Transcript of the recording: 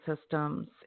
systems